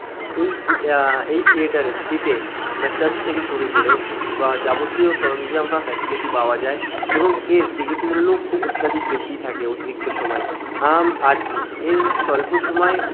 এই এই থিয়েটারের সিটে মেশাজ থেকে শুরু করে বা যাবতীয় সরঞ্জাম বা ফ্যাসিলিটি পাওয়া যায় এবং এর টিকিট মূল্যও খুব অত্যাধিক বেশি থাকে অতিরিক্ত সময় আরতি এর স্বল্প সময়